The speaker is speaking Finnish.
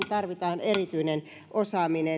tarvitaan erityinen osaaminen